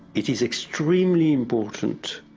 it is extremely important.